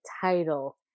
title